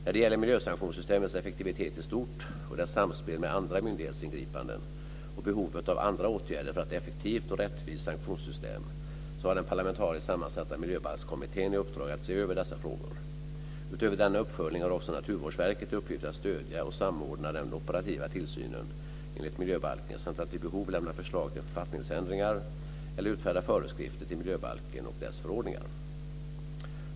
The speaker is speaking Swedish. När det gäller miljösanktionssystemets effektivitet i stort och dess samspel med andra myndighetsingripanden och behovet av andra åtgärder för ett effektivt och rättvist sanktionssystem så har den parlamentariskt sammansatta miljöbalkskommittén i uppdrag att se över dessa frågor. Utöver denna uppföljning har också Naturvårdsverket i uppgift att stödja och samordna den operativa tillsynen enligt miljöbalken samt att vid behov lämna förslag till författningsändringar eller utfärda föreskrifter till miljöbalken och dess förordningar.